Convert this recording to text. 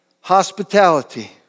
Hospitality